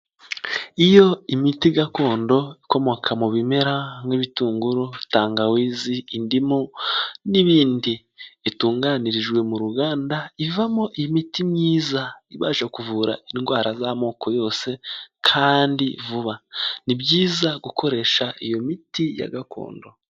Iyo imiti gakondo ikomoka mu bimera nk'ibitunguru, tangawizi, indimu n'ibindi, itunganirijwe mu ruganda ivamo imiti myiza ibasha kuvura indwara z'amoko yose kandi vuba, ni byiza gukoresha iyo miti ya gakondo.